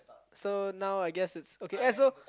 so now I guess it's okay eh so